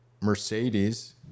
Mercedes